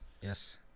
Yes